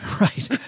right